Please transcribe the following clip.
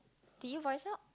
did you voice out